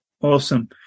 Awesome